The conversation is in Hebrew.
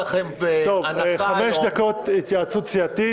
חמש דקות התייעצות סיעתית.